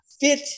fit